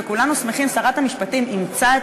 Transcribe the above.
וכולנו שמחים ששרת המשפטים אימצה את